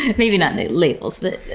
maybe not labels, but,